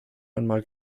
einmal